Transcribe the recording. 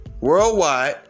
worldwide